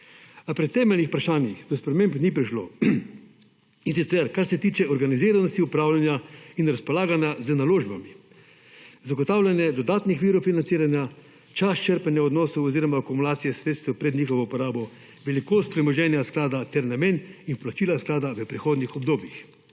A pri temeljnih vprašanjih do sprememb ni prišlo. In sicer, kar se tiče organiziranosti upravljanja in razpolaganja z naložbami, zagotavljanja dodatnih virov financiranja, čas črpanja oziroma akumulacije sredstev pred njihovo porabo, velikost premoženja sklada ter namen in vplačila sklada v prihodnjih obdobjih.